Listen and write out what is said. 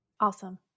Awesome